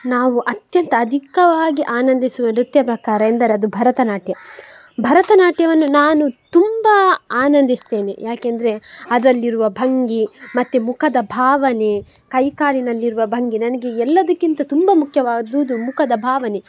ನಾವು ಅತ್ಯಂತ ಅಧಿಕವಾಗಿ ಆನಂದಿಸುವ ನೃತ್ಯ ಪ್ರಕಾರ ಎಂದರೆ ಅದು ಭರತನಾಟ್ಯ ಭರತನಾಟ್ಯವನ್ನು ನಾನು ತುಂಬ ಆನಂದಿಸ್ತೇನೆ ಯಾಕೆಂದರೆ ಅದರಲ್ಲಿರುವ ಭಂಗಿ ಮತ್ತು ಮುಖದ ಭಾವನೆ ಕೈ ಕಾಲಿನಲ್ಲಿರುವ ಭಂಗಿ ನನಗೆ ಎಲ್ಲದಕ್ಕಿಂತ ತುಂಬ ಮುಖ್ಯವಾದುದು ಮುಖದ ಭಾವನೆ